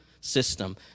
system